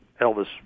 Elvis